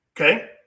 Okay